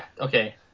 okay